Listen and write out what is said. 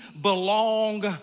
belong